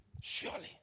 Surely